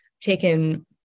taken